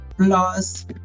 Plus